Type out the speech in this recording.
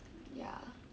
ya